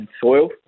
soil